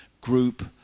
group